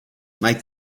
make